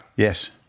Yes